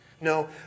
No